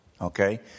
Okay